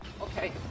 Okay